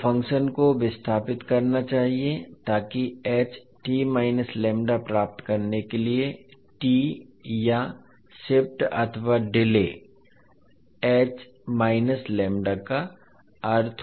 अब आपको फ़ंक्शन को विस्थापित करना चाहिए ताकि प्राप्त करने के लिए t या शिफ्ट अथवा डिले का अर्थ हो